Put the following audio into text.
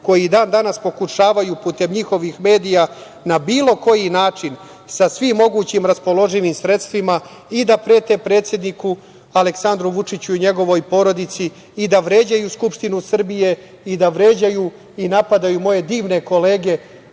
koji i dan danas pokušavaju putem njihovim medija na bilo koji način sa svim mogućim raspoloživim sredstvima i da prete predsedniku Aleksandru Vučiću i njegovoj porodici i da vređaju Skupštinu Srbije, i da vređaju i napadaju moje divne kolege